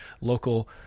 local